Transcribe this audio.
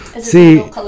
see